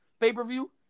Pay-per-view